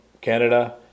Canada